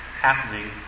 happening